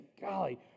golly